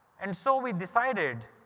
and so we decided,